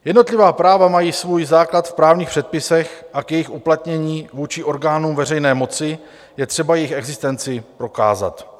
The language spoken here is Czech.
Jednotlivá práva mají svůj základ v právních předpisech a k jejich uplatnění vůči orgánům veřejné moci je třeba jejich existenci prokázat.